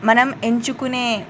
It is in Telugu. మనం ఎంచుకునే